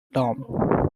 tom